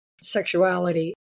sexuality